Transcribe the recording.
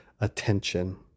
attention